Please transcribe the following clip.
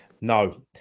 No